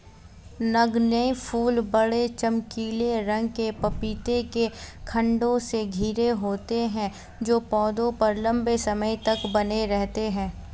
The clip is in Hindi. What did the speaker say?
नगण्य फूल बड़े, चमकीले रंग के पपीते के खण्डों से घिरे होते हैं जो पौधे पर लंबे समय तक बने रहते हैं